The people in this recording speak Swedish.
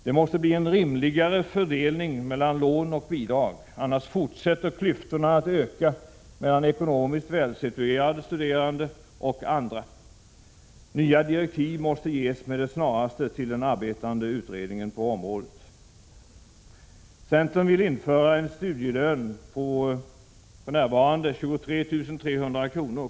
Det måste bli en rimligare fördelning mellan lån och bidrag, annars fortsätter klyftorna att öka mellan ekonomiskt välsituerade studerande och andra. Nya direktiv måste ges med det snaraste till den arbetande utredningen på området. Centern vill införa en studielön på för närvarande 23 300 kr.